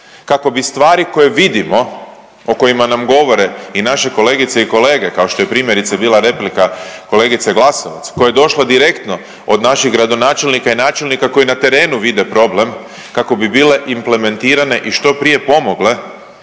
kako bi stvari koje vidimo, o kojima nam govore i naše kolegice i kolege kao što je primjerice bila replika kolegice Glasovac, koja je došla direktno od naših gradonačelnika i načelnika koji na terenu vide problem kako bi bile implementirane i što prije pomogle